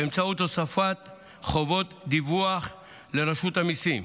באמצעות הוספת חובות דיווח לרשות המיסים.